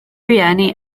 rhieni